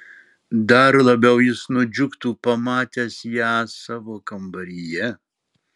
dar labiau jis nudžiugtų pamatęs ją savo kambaryje